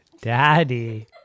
Daddy